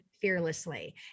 Fearlessly